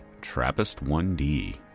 TRAPPIST-1D